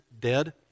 dead